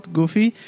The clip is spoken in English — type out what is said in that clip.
Goofy